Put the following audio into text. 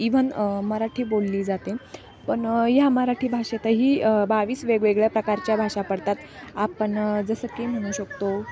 even Marathi बोलली जाते पण ह्या मराठी भाषेतेतही बावीस वेगवेगळ्या प्रकारच्या भाषा पडतात आपण जसं की म्हणू शकतो